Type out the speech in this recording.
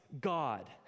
God